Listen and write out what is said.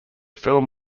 film